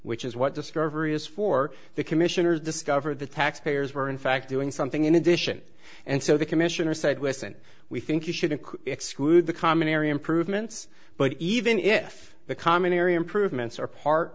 which is what discovery is for the commissioners discovered that taxpayers were in fact doing something in addition and so the commissioner said listen we think you shouldn't exclude the commentary improvements but even if the commentary improvements are part